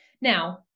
Now